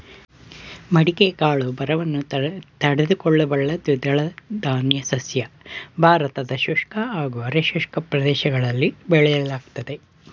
ಮಡಿಕೆ ಕಾಳು ಬರವನ್ನು ತಡೆದುಕೊಳ್ಳಬಲ್ಲ ದ್ವಿದಳಧಾನ್ಯ ಸಸ್ಯ ಭಾರತದ ಶುಷ್ಕ ಹಾಗೂ ಅರೆ ಶುಷ್ಕ ಪ್ರದೇಶಗಳಲ್ಲಿ ಬೆಳೆಯಲಾಗ್ತದೆ